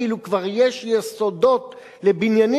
כאילו כבר יש יסודות לבניינים,